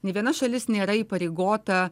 nė viena šalis nėra įpareigota